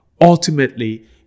Ultimately